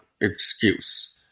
excuse